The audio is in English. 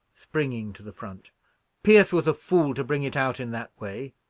springing to the front pierce was a fool to bring it out in that way,